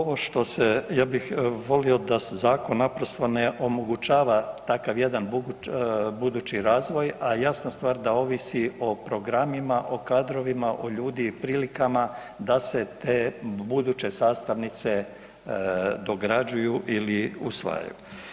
Ovo što se ja bih volio da se zakon naprosto ne omogućava takav jedan budući razvoj, a jasna stvar da ovisi o programima, o kadrovima, o ljudima i prilikama da se te buduće sastavnice dograđuju ili usvajaju.